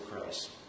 Christ